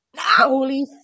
holy